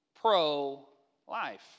pro-life